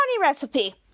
recipe